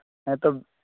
ᱦᱮᱸᱛᱚ